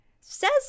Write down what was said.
says